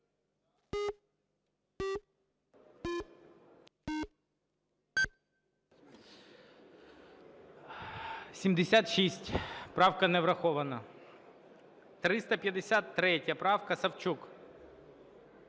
За-76 Правка не врахована. 353 правка, Савчук.